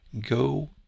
go